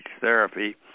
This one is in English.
therapy